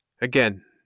Again